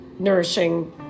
Nourishing